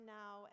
now